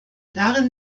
darin